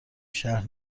شهر